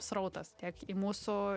srautas tiek į mūsų